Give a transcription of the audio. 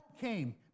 came